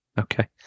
okay